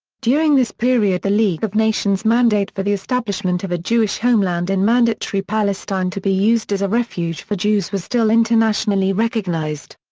during this period the league of nations mandate for the establishment of a jewish homeland in mandatory palestine to be used as a refuge for jews was still internationally recognized.